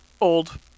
old